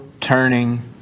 turning